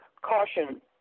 caution